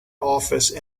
office